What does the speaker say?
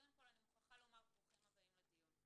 אני מוכרחה לומר ברוכים הבאה לדיון.